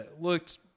looked